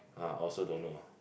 I also don't know